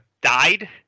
died